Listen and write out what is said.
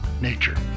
nature